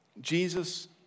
Jesus